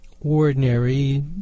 ordinary